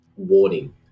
warning